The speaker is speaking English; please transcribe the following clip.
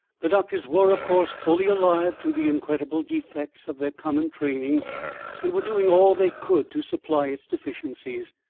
the doctors were, of course, fully alive to the incredible defects of their common training and were doing all they could to supply its deficiencies,